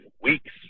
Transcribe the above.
weeks